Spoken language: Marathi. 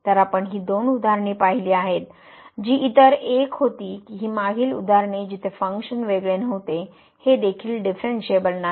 तर आपण ही दोन उदाहरणे पाहिली आहेत जी इतर एक होती ही मागील उदाहरणे जिथे फंक्शन वेगळे नव्हते हे देखील डीफरनशिएबल नाही